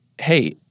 hey